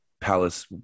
Palace